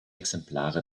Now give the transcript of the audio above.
exemplare